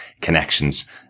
connections